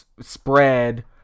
spread